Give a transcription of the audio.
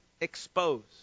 exposed